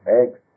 eggs